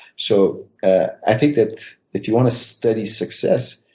so i think that if you want to study success,